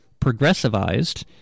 progressivized